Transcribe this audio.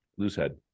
Loosehead